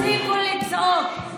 תפסיקו לצעוק.